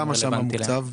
מה הסכום המוקצב?